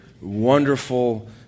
wonderful